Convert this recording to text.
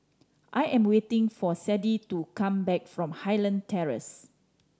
I am waiting for Sadye to come back from Highland Terrace